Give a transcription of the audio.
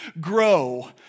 Grow